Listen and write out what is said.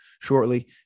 shortly